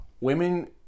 Women